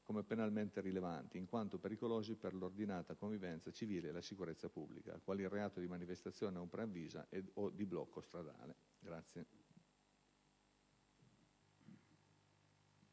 come penalmente rilevanti, in quanto pericolosi per l'ordinata convivenza civile e la sicurezza pubblica, quali il reato di manifestazione non preavvisata o di